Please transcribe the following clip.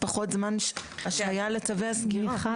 פחות זמן השהיה לצווי הסגירה.